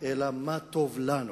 אלא מה טוב לנו.